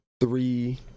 three